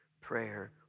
prayer